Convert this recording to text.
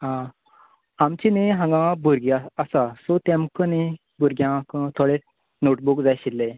आ आमची न्ही हांगा भुरगीं आ आसा सो तेमकां न्ही भुरग्याक थोडे नोटबूक जाय आशिल्ले